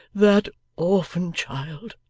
that orphan child!